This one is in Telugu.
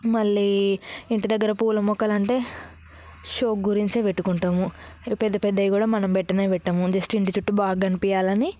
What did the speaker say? మళ్ళీ ఇంటి దగ్గర పూల మొక్కలు అంటే షో గురించే పెట్టుకుంటాము పెద్ద పెద్దవి కూడా మనం పెట్టనే పెట్టము జస్ట్ ఇంటి చుట్టూ బాగా కనిపించాలని